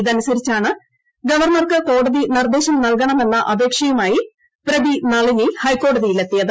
ഇതനുസരിച്ചാണ് ഗവർണർക്ക് കോടതി നിർദ്ദേശം നൽകണമെന്ന അപേക്ഷയുമായി പ്രതി നളിനി ഹൈക്കോടതിയിൽ എത്തിയത്